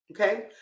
okay